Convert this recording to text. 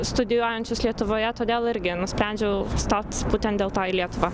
studijuojančius lietuvoje todėl irgi nusprendžiau stot būtent dėl to į lietuvą